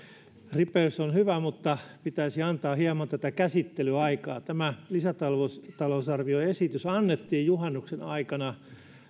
ripeys on hyvä mutta pitäisi antaa hieman käsittelyaikaa tämä lisätalousarvioesitys annettiin juhannuksen aikana